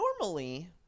normally